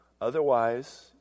Otherwise